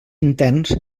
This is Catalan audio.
interns